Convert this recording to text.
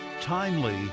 timely